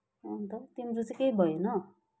अन्त तिम्रो चाहिँ केही भएन